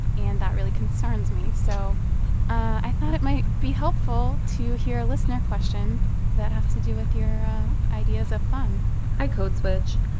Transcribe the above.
and that really concerns me. so i thought it might be helpful to hear a listener question that has to do with your ideas of fun hi, code switch.